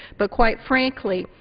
but quite frankly,